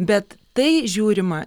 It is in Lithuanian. bet tai žiūrima